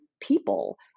people